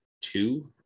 two